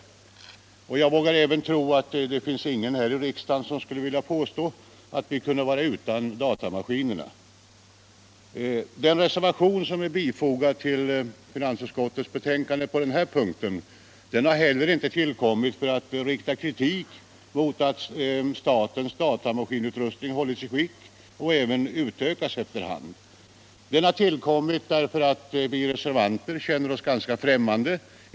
Jag vågar även tro att det inte finns någon här i riksdagen som skulle vilja påstå att vi skulle kunna vara utan datamaskinerna. Den reservation som är fogad till finansutskottets betänkande på denna punkt har inte heller tillkommit för att rikta kritik mot att statens datamaskinutrustning hålls i gott skick, och även utökas efter hand, utan den har tillkommit därför att vi reservanter känner oss ganska tveksamma .